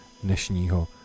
dnešního